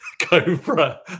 Cobra